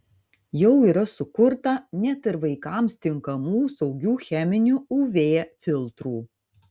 jau yra sukurta net ir vaikams tinkamų saugių cheminių uv filtrų